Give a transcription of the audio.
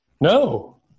No